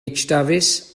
dafis